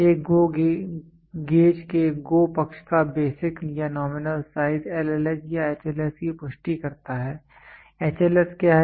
एक गेज के GO पक्ष का बेसिक या नॉमिनल साइज LLH या HLS की पुष्टि करता है HLS क्या है